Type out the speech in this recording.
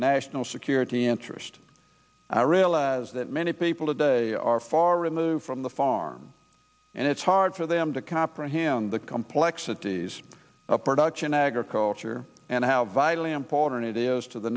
national security interest i realize that many people today are far removed from the farm and it's hard for them to comprehend the complexities of production agriculture and how vitally important it is to the